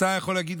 ואתה יכול להגיד,